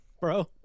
Bro